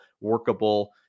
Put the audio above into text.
workable